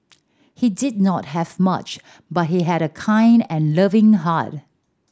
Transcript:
he did not have much but he had a kind and loving heart